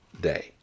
day